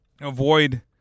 avoid